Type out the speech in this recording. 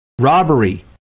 robbery